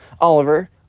Oliver